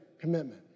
commitment